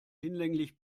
hinlänglich